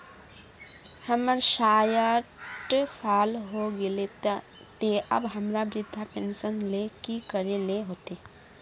हमर सायट साल होय गले ते अब हमरा वृद्धा पेंशन ले की करे ले होते?